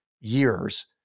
years